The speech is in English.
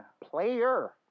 Player